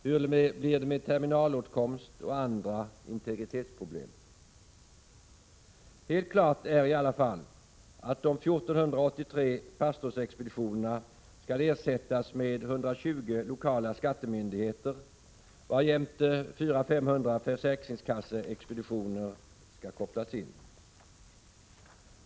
Hur blir det med terminalåtkomst och andra integritetsproblem? Helt klart är i alla fall att de 1 483 pastorsexpeditionerna skall ersättas med 120 lokala skattemyndigheter, varjämte 400-500 försäkringskasseexpeditioner skall kopplas in.